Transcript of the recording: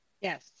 Yes